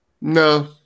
No